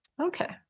Okay